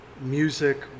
music